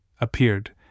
appeared